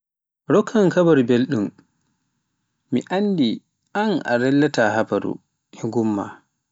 Rokkan kabaaru belɗo, mi anndi un rellata habaaru e gun ma.